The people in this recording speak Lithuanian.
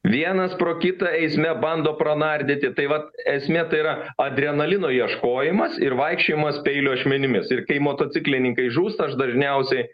vienas pro kitą eisme bando pranardyti tai vat esmė tai yra adrenalino ieškojimas ir vaikščiojimas peilio ašmenimis ir kai motociklininkai žūsta aš dažniausiai